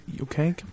okay